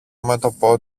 μέτωπο